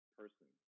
person